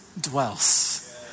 dwells